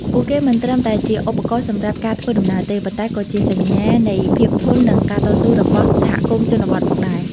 ពួកគេមិនត្រឹមតែជាឧបករណ៍សម្រាប់ការធ្វើដំណើរទេ ប៉ុន្តែក៏ជាសញ្ញានៃភាពធន់និងការតស៊ូរបស់សហគមន៍ជនបទផងដែរ។